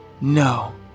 No